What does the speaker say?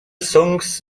songs